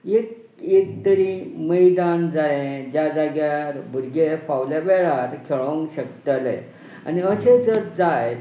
एक एक तरी मैदान जाय ज्या जाग्यार भुरगे फावल्या वेळार खेळूंक शकतले आनी अशें जर जायत